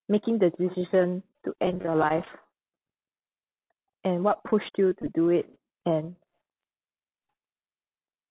making the decision to end your life and what pushed you to do it and